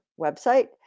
website